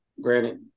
granted